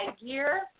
Gear